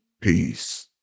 Peace